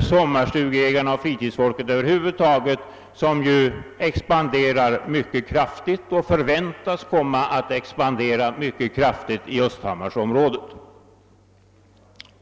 sommarstugeägarna och fritidsfolket över huvud taget en skara som ju växer mycket kraftigt och som förväntas komma att växa mycket kraftigt i östhammarsområdet.